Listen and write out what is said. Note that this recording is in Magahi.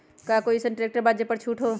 का कोइ अईसन ट्रैक्टर बा जे पर छूट हो?